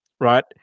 right